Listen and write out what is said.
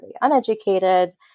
uneducated